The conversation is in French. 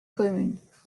communes